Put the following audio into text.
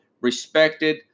respected